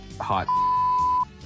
Hot